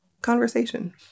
conversation